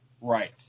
Right